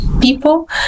People